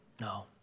No